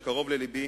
שקרוב ללבי,